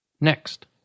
Next